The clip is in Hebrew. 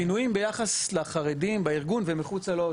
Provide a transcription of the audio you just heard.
שינויים ביחס לחרדים בארגון ומחוצה לו.